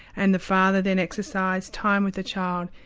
and the father then exercised time with the child.